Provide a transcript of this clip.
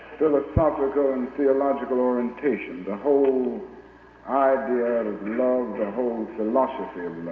philosophical and theological orientation the whole idea and of love, the whole and philosophy